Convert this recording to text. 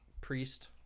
priest